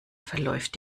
verläuft